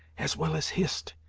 as well as hist,